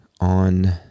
on